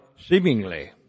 seemingly